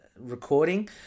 recording